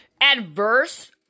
adverse